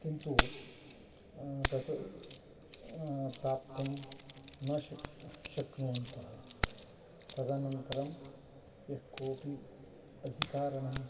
किन्तु तत् प्राप्तुं न शक्यं शक्नुवन्तः तदनन्तरम् यः कोपि अधिकारणं